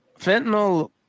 fentanyl